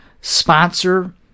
sponsor